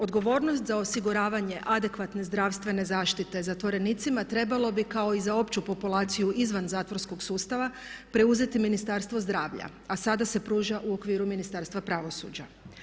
Odgovornost za osiguravanje adekvatne zdravstvene zaštite zatvorenicima trebalo bi kao i za opću populaciju izvan zatvorskog sustava preuzeti Ministarstvo zdravlja, a sada se pruža u okviru Ministarstva pravosuđa.